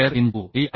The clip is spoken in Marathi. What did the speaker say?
square into E